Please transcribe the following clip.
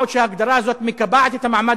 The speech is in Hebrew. מה עוד שההגדרה הזאת מקבעת את המעמד